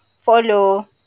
follow